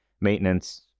maintenance